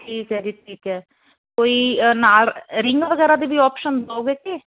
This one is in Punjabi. ਠੀਕ ਐ ਜੀ ਠੀਕ ਐ ਕੋਈ ਨਾਲ ਰਿੰਗ ਵਗੈਰਾ ਦੀ ਵੀ ਓਪਸ਼ਨ ਦਓਗੇ ਕੇ